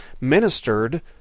ministered